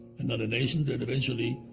another nation that eventually,